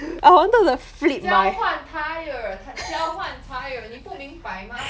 交换 tyre 交换 tyre 你不明白吗